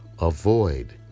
avoid